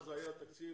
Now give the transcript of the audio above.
אז היה תקציב